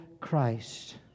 Christ